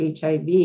HIV